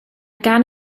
gan